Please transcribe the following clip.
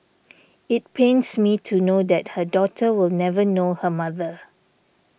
it pains me to know that her daughter will never know her mother